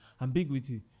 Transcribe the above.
ambiguity